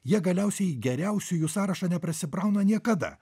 jie galiausiai geriausiųjų sąrašą neprasibrauna niekada